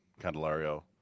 candelario